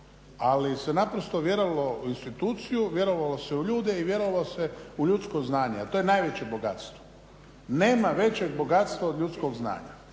ali se naprosto vjerovalo u instituciju, vjerovalo se u ljude i vjerovalo se u ljudsko znanje, a to je najveće bogatstvo. Nema većeg bogatstva od ljudskog znanja